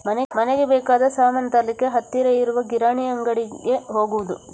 ಮನೆಗೆ ಬೇಕಾದ ಸಾಮಾನು ತರ್ಲಿಕ್ಕೆ ಹತ್ತಿರ ಇರುವ ಕಿರಾಣಿ ಅಂಗಡಿಗೆ ಹೋಗುದು